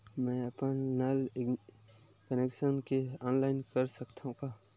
मैं अपन नल कनेक्शन के ऑनलाइन कर सकथव का?